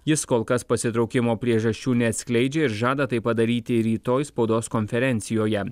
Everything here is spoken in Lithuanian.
jis kol kas pasitraukimo priežasčių neatskleidžia ir žada tai padaryti rytoj spaudos konferencijoje